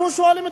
אנחנו שואלים: